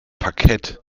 paket